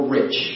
rich